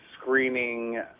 screening